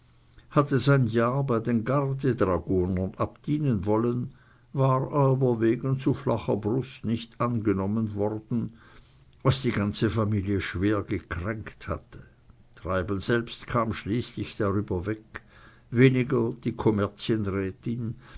hatte sein jahr bei den gardedragonern abdienen wollen war aber wegen zu flacher brust nicht angenommen worden was die ganze familie schwer gekränkt hatte treibel selbst kam schließlich drüber weg weniger die